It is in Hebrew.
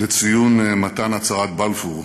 לציון מתן הצהרת בלפור,